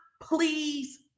please